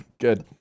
good